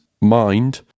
mind